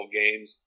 games